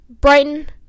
Brighton